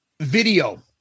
video